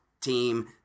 team